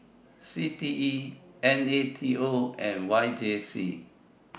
CTE NATO and YJC